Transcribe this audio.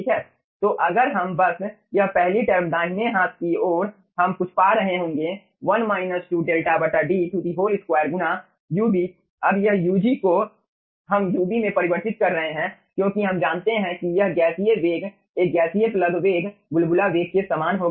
तो अगर हम बस यह पहली टर्म दाहिने हाथ की ओर हम कुछ पा रहे होंगे 1 2𝛿∞ D 2 गुना ub अब यह ug को हम ub में परिवर्तित कर रहे हैं क्योंकि हम जानते हैं कि यह गैसीय वेग एक गैसीय प्लग वेग बुलबुला वेग के समान होगा